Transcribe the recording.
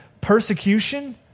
persecution